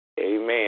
Amen